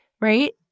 Right